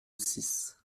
six